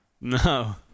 No